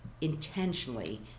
intentionally